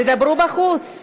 תדברו בחוץ.